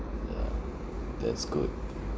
ya that's good